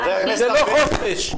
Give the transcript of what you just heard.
זה לא חופש.